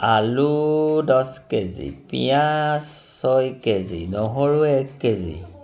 আলু দহ K G পিঁয়াজ ছয় কে জি নহৰু এক কে জি